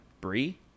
brie